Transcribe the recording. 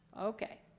Okay